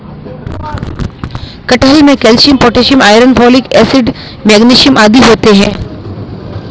कटहल में calcium potassium iron folic acid magnesium आदि होते हैं